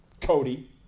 Cody